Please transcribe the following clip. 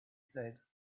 said